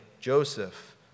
Joseph